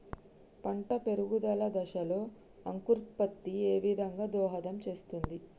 పంట పెరుగుదల దశలో అంకురోత్ఫత్తి ఏ విధంగా దోహదం చేస్తుంది?